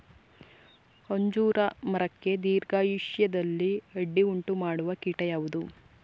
ಅಂಜೂರ ಮರಕ್ಕೆ ದೀರ್ಘಾಯುಷ್ಯದಲ್ಲಿ ಅಡ್ಡಿ ಉಂಟು ಮಾಡುವ ಕೀಟ ಯಾವುದು?